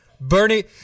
Bernie